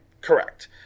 Correct